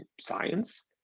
science